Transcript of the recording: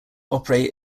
operate